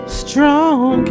strong